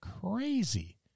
crazy